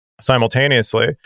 simultaneously